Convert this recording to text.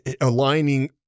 aligning